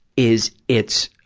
is, it's,